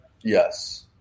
yes